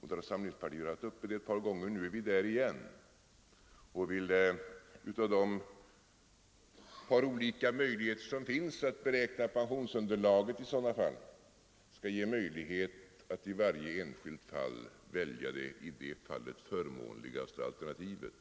Moderata samlingspartiet har ett par gånger tagit upp denna fråga. Nu är vi där igen och vill att det skall ges möjlighet att bland de olika sätt som finns att beräkna pensionsunderlaget i varje enskilt fall välja det förmånligaste alternativet.